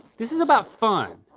this is about fun,